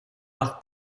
par